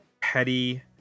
Petty